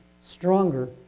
stronger